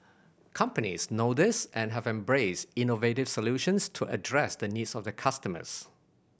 companies know this and have embraced innovative solutions to address the needs of their customers